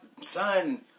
son